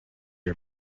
are